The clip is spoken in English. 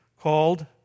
called